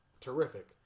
terrific